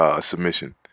submission